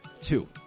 Two